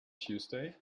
tuesday